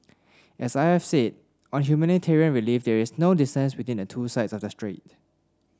as I have said on humanitarian relief there is no distance between the two sides of the strait